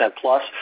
plus